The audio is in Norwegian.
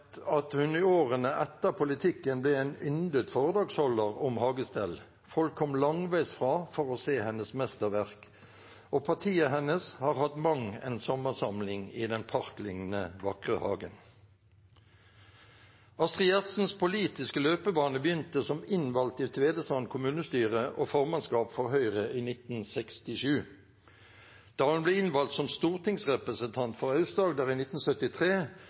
at hun i årene etter politikken ble en yndet foredragsholder om hagestell. Folk kom langveisfra for å se hennes mesterverk, og partiet hennes har hatt mang en sommersamling i den parkliknende vakre hagen. Astrid Gjertsens politiske løpebane begynte som innvalgt i Tvedestrand kommunestyre og formannskap for Høyre i 1967. Da hun ble innvalgt som stortingsrepresentant for Aust-Agder i 1973,